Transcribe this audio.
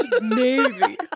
navy